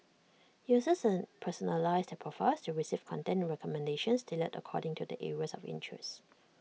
users personalise their profiles to receive content recommendations tailored according to their areas of interest